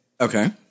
Okay